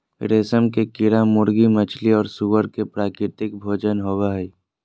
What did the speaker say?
रेशम के कीड़ा मुर्गी, मछली और सूअर के प्राकृतिक भोजन होबा हइ